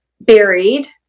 buried